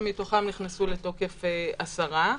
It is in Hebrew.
שמתוכם נכנסו לתוקף עשרה.